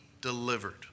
delivered